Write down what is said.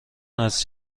است